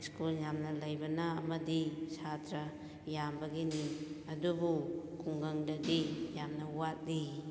school ꯌꯥꯝꯅ ꯂꯩꯕꯅ ꯑꯃꯗꯤ ꯁꯥꯇ꯭ꯔꯥ ꯌꯥꯝꯕꯒꯤꯅꯤ ꯑꯗꯨꯕꯨ ꯈꯨꯡꯒꯪꯗꯗꯤ ꯌꯥꯝꯅ ꯋꯥꯠꯂꯤ